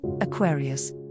Aquarius